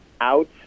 out